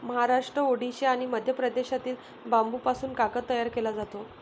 महाराष्ट्र, ओडिशा आणि मध्य प्रदेशातील बांबूपासून कागद तयार केला जातो